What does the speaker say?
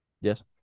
Yes